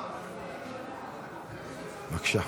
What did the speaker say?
בבקשה.